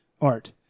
art